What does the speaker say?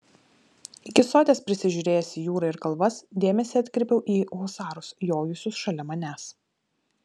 iki soties prisižiūrėjęs į jūrą ir kalvas dėmesį atkreipiau į husarus jojusius šalia manęs